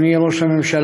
אדוני ראש הממשלה,